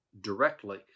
directly